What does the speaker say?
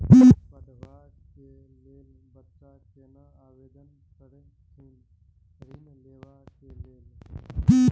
पढ़वा कै लैल बच्चा कैना आवेदन करथिन ऋण लेवा के लेल?